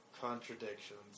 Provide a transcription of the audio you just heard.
contradictions